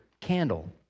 candle